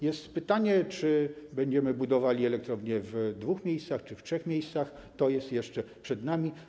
Jest pytanie, czy będziemy budowali elektrownie w dwóch czy w trzech miejscach, to jest jeszcze przed nami.